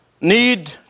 need